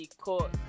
Court